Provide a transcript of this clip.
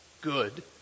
good